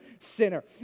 sinner